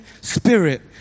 spirit